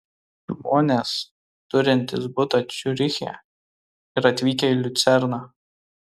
žmonės turintys butą ciuriche ir atvykę į liucerną